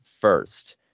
first